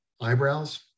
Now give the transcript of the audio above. eyebrows